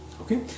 Okay